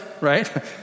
right